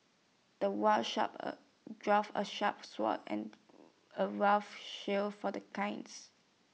the war sharp A dwarf A sharp sword and A rough shield for the kinds